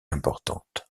importante